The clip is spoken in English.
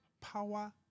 power